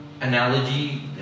analogy